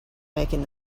making